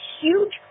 huge